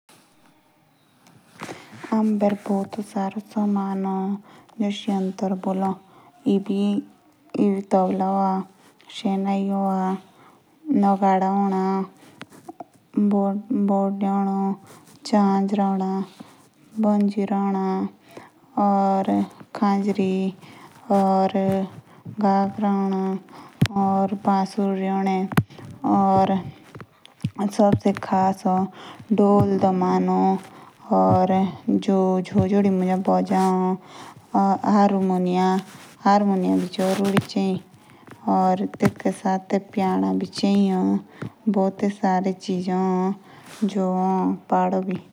एंडो भोटे अलग समाने ह। जेशो शहनाई या नगाड़े। या मंजीरा या खंजरी बांसुरी। या अबसे खास एक ढोल या दमानो।